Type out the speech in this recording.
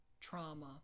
Trauma